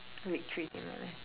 victories in my life